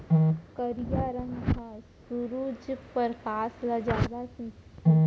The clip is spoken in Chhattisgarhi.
करिया रंग ह सुरूज परकास ल जादा खिंचथे